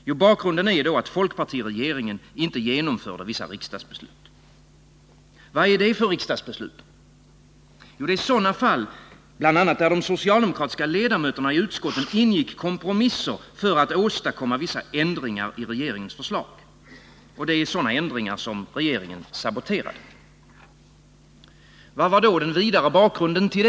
Jo, bakgrunden är att folkpartiregeringen inte genomförde vissa riksdagsbeslut. Vad är det för riksdagsbeslut? Det är bl.a. sådana fall där de socialdemokratiska ledamöterna i utskotten ingick kompromisser för att åstadkomma vissa ändringar i regeringens förslag. Det är just sådana ändringar som regeringen saboterade. Vad var då den vidare bakgrunden härtill?